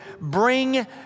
bring